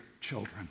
children